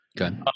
Okay